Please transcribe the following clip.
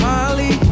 Molly